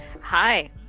Hi